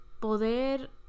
poder